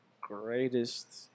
greatest